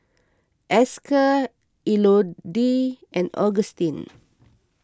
Esker Elodie and Agustin